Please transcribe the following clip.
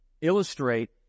illustrate